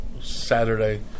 Saturday